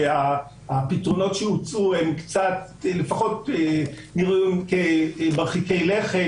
שהפתרונות שהוצעו הם קצת נראים מרחיקי לכת.